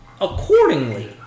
accordingly